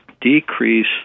decrease